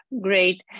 Great